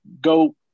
go